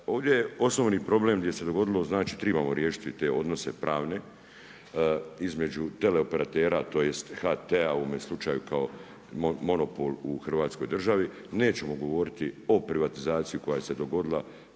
Ovdje je osnovni problem gdje se dogodilo, znači trebamo riješiti te odnose pravne, između tele-operatera tj. HT u ovome slučaju kao monopol u hrvatskoj državi, nećemo govoriti o privatizaciji koja se dogodila